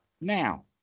now